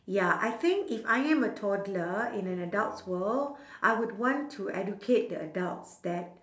ya I think if I am a toddler in an adult's world I would want to educate the adults that